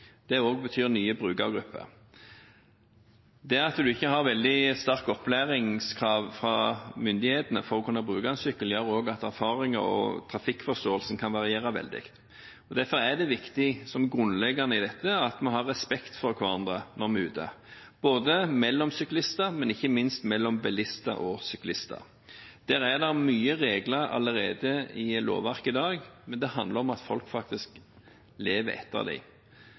betyr også nye brukergrupper. Det at en ikke har veldig sterke opplæringskrav fra myndighetene for å kunne bruke en sykkel, gjør også at erfaringer og trafikkforståelsen kan variere veldig. Derfor er det viktig, grunnleggende sett, i dette at vi har respekt for hverandre når vi er ute – mellom syklister, men ikke minst mellom bilister og syklister. Der er det mange regler allerede i lovverket i dag, men det handler om at folk faktisk lever etter